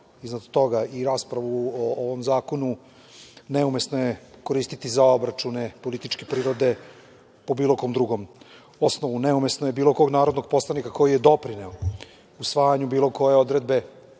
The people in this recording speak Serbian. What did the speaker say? iznad toga i raspravu o ovom zakonu neumesno je koristiti za obračune političke prirode po bilo kom drugom osnovu. Neumesno je bilo kog narodnog poslanika koji je doprineo usvajanju bilo koje odredbe